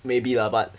maybe lah but